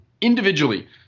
individually